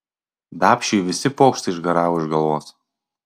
dapšiui visi pokštai išgaravo iš galvos